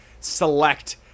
select